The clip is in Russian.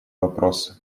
вопроса